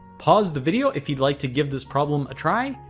pause the video if you'd like to give this problem a try.